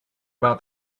about